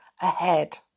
ahead